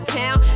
town